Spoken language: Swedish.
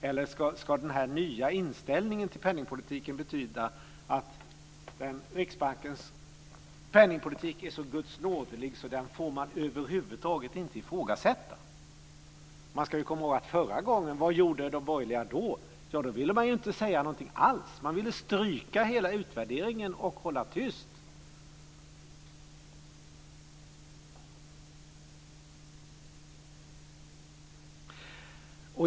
Eller ska den nya inställningen till penningpolitiken betyda att Riksbankens penningpolitik är så gudsnådelig att man över huvud taget inte får ifrågasätta? Man ska komma ihåg förra gången. Vad gjorde de borgerliga då? Då ville man ju inte säga någonting alls. Man ville stryka hela utvärderingen och hålla tyst.